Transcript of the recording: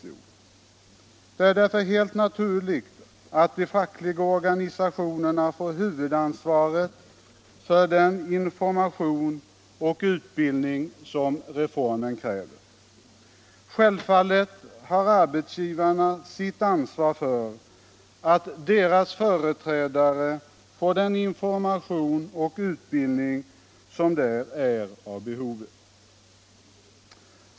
Det är därför helt naturligt att de fackliga organisationerna får huvudansvaret för den information och utbildning som reformen kräver. Självfallet har arbetsgivarna sitt ansvar för att deras företrädare får den information och utbildning som där är av behovet.